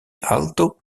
alto